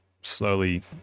slowly